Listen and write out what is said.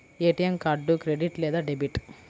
ATM card credit లేదా debit?